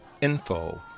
info